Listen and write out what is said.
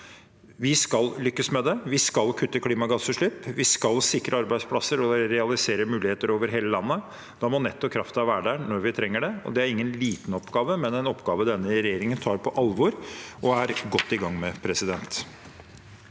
Vi skal lykkes med det. Vi skal kutte klimagassutslipp. Vi skal sikre arbeidsplasser og realisere muligheter over hele landet. Da må nettet og kraften være der når vi trenger det. Det er ingen liten oppgave, men en oppgave denne regjeringen tar på alvor og er godt i gang med. Sofie